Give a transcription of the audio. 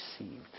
received